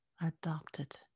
adopted